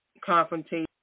confrontation